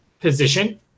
position